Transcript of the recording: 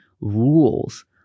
rules